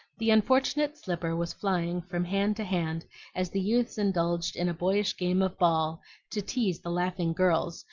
the unfortunate slipper was flying from hand to hand as the youths indulged in a boyish game of ball to tease the laughing girls,